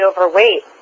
overweight